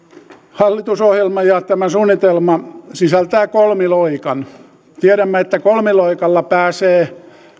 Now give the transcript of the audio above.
hallitusohjelma ja tämä suunnitelma sisältävät kolmiloikan tiedämme että kolmiloikalla pääsee